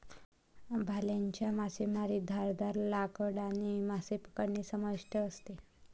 भाल्याच्या मासेमारीत धारदार लाकडाने मासे पकडणे समाविष्ट असते